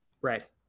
Right